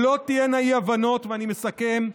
שלא תהיינה אי-הבנות, אני מסכם,